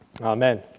Amen